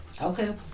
Okay